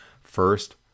first